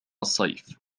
الصيف